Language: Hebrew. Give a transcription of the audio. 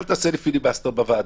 אל תעשה לי פיליבסטר בוועדה".